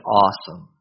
awesome